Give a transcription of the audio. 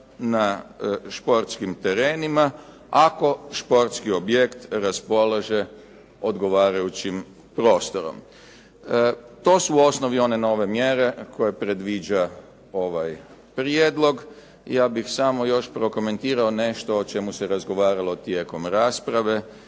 na športskim terenima ako športski objekt raspolaže odgovarajućim prostorom. To su u osnovi one nove mjere koje predviđa ovaj prijedlog. Ja bih samo još prokomentirao nešto o čemu se razgovaralo tijekom rasprave,